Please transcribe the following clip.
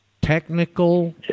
technical